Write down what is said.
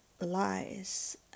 lies